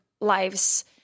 lives